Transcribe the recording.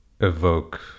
evoke